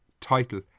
title